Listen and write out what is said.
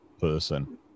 person